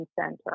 center